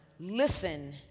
listen